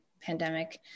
pandemic